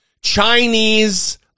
chinese